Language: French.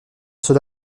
cela